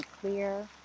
clear